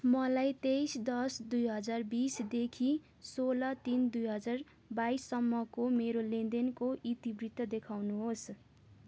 मलाई तेइस दस दुई हजार बिसदेखि सोह्र तिन दुई हजार बाइससम्मको मेरो लेनदेनको इतिवृत्त देखाउनुहोस्